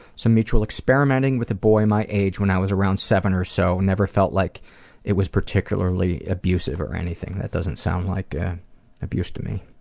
some mutual experimenting with a boy my age when i was around seven or so. never felt like it was particularly abusive, or or anything. that doesn't sound like abuse to me,